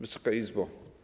Wysoka Izbo!